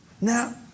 Now